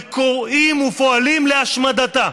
וקוראים ופועלים להשמדתה.